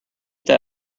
get